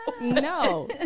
No